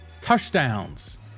touchdowns